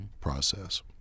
process